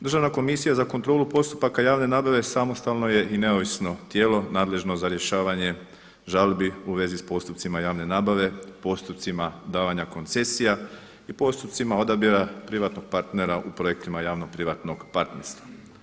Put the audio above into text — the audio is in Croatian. Državna komisija za kontrolu postupaka javne nabave samostalno je i neovisno tijelo nadležno za rješavanje žalbi u vezi s postupcima javne nabave, postupcima davanja koncesija i postupcima odabira privatnog partnera u projektima javno-privatnog partnerstva.